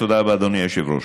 תודה רבה, אדוני היושב-ראש.